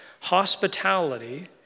Hospitality